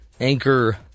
anchor